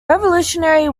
revolutionary